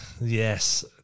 Yes